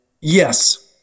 Yes